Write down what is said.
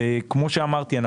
וכמו שאמרתי,